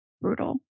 brutal